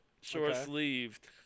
short-sleeved